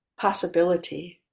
possibility